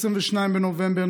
22 בנובמבר,